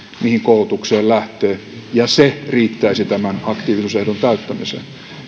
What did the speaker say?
mihin koulutukseen lähtee ja se riittäisi tämän aktiivisuusehdon täyttymiseen